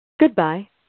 Goodbye